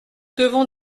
devons